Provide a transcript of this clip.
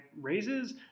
raises